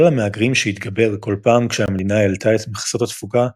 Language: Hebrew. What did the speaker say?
גל המהגרים שהתגבר כל פעם כשהמדינה העלתה את מכסות התפוקה,